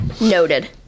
Noted